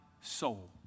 soul